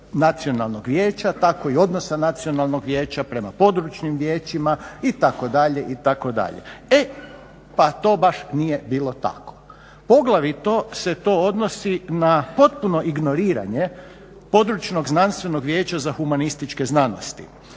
Nacionalnog vijeća tako i odnosa Nacionalnog vijeća prema područnim vijećima itd., itd. e pa to baš nije bilo tako. Poglavito se to odnosi na potpuno ignoriranje područnog znanstvenog vijeća za humanističke znanosti.